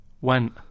went